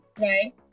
right